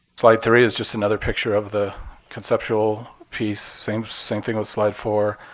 slide three is just another picture of the conceptual piece. same same thing with slide four.